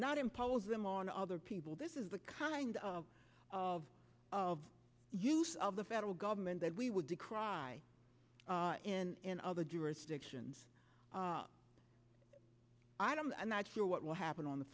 not impose them on other people this is the kind of of of use of the federal government that we would decry in other jurisdictions i don't i'm not sure what will happen on the